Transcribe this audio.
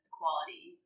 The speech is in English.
quality